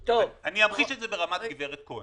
אמחיש את זה ברמת גברת כהן.